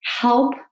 help